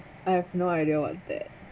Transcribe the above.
I have no idea what's that